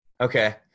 Okay